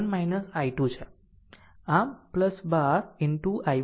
આમ 12 into I1 I2